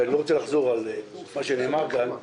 ואני לא רוצה לחזור על מה שנאמר כאן,